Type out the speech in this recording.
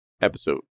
episode